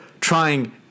trying